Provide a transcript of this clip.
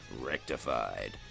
rectified